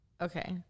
Okay